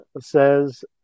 says